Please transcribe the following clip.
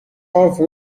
houve